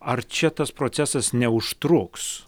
ar čia tas procesas neužtruks